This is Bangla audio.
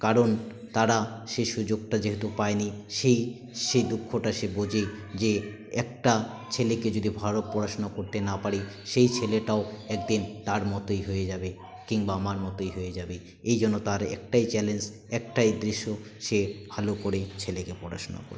কারণ তারা সে সুযোগটা যেহেতু পায় নি সেই সে দুঃখটা সে বোঝে যে একটা ছেলেকে যদি ভালো পড়াশুনা করতে না পারে সেই ছেলেটাও একদিন তার মতোই হয়ে যাবে কিংবা আমার মতোই হয়ে যাবে এই যেন তার একটাই চ্যালেঞ্জ একটাই উদ্দেশ্যে সে ভালো করে ছেলেকে পড়াশুনা ক